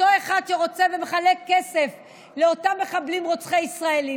אותו אחד שרוצה ומחלק כסף לאותם מחבלים רוצחי ישראלים.